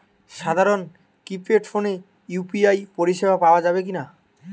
সাধারণ কিপেড ফোনে ইউ.পি.আই পরিসেবা পাওয়া যাবে কিনা?